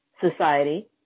society